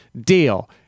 deal